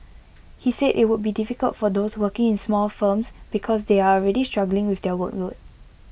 he said IT would be difficult for those working in small firms because they are already struggling with their workload